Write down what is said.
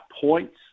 points